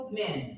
men